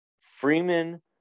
Freeman